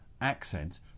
accents